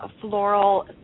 floral